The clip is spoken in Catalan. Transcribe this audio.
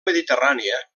mediterrània